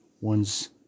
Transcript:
ones